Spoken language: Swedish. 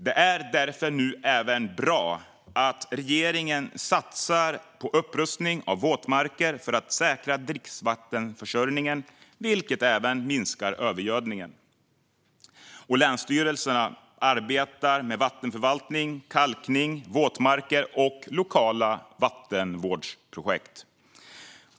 Det är därför bra att regeringen även satsar på upprustning av våtmarker för att säkra dricksvattenförsörjningen, vilket även minskar övergödningen, och att länsstyrelserna arbetar med vattenförvaltning, kalkning, våtmarker och lokala vattenvårdsprojekt.